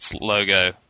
logo